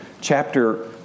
chapter